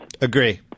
Agree